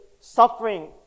suffering